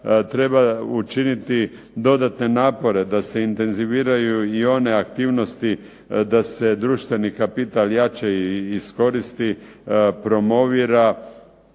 Treba učiniti dodatne napore da se intenziviraju i one aktivnosti da se društveni kapital jače iskoristi, promovira